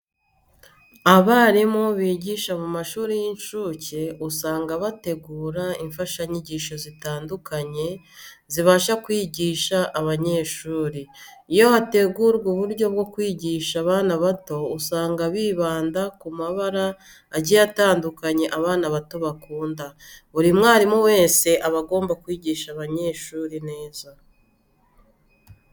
Abarimu bigisha mu mashuri y'incuke usanga bategura imfashanyigisho zitandukanye zibafasha kwigisha abanyeshuri. Iyo hategurwa uburyo bwo kwigisha abana bato usanga bibanda ku mabara agiye atandukanye abana bato bakunda. Buri mwarimu wese aba agomba kwigisha abanyeshuri neza.